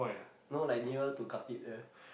no like near to Khatib there